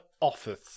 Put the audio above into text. office